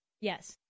Yes